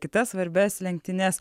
kitas svarbias lenktynes